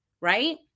right